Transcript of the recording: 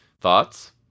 Thoughts